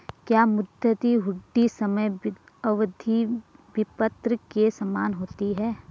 क्या मुद्दती हुंडी समय अवधि विपत्र के समान होती है?